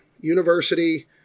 University